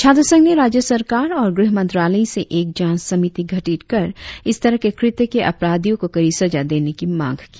छात्र संघ ने राज्य सरकार और गृह मंत्रालय से एक जांच समिति गठित कर इस तरह के कृत्य के अपराधियों को कड़ी सजा देने की मांग की